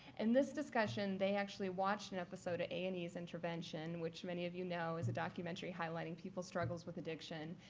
and this discussion, they actually watched an episode of a and e's intervention, which many of you know is a documentary highlighting people's struggles with addiction.